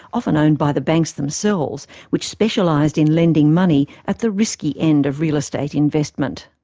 often owned by the banks themselves, which specialised in lending money at the risky end of real estate investment.